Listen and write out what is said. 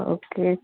okay